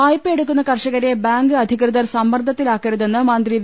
വായ്പ്പയെടുക്കുന്ന കർഷ കരെ ബാങ്ക് അധികൃതർ സമ്മർദ്ദത്തിലാക്കരുതെന്ന് മന്ത്രി വി